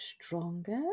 stronger